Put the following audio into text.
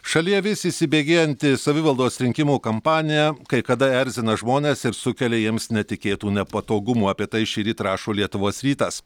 šalyje vis įsibėgėjanti savivaldos rinkimų kampanija kai kada erzina žmones ir sukelia jiems netikėtų nepatogumų apie tai šįryt rašo lietuvos rytas